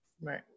Right